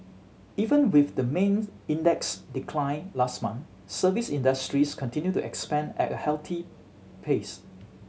even with the mains index' decline last month service industries continued to expand at a hearty pace